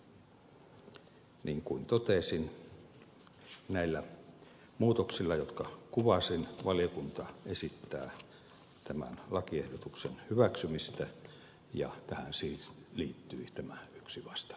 niin kuin totesin näillä muutoksilla jotka kuvasin valiokunta esittää tämän lakiehdotuksen hyväksymistä ja tähän siis liittyy tämä yksi vastalause